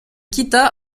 quitta